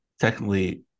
technically